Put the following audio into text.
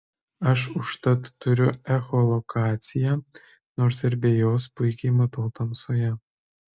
aš užtat turiu echolokaciją nors ir be jos puikiai matau tamsoje